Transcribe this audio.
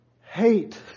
hate